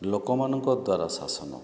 ଲୋକମାନଙ୍କ ଦ୍ୱାରା ଶାସନ